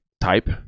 type